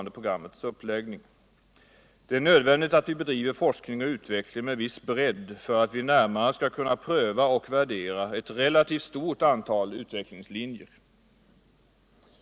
Det är nödvändigt att vi bedriver forskning och utveckling med viss bredd, för att vi närmare skall kunna pröva och värdera ett relativt stort antal utvecklingslinjer.